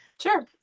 Sure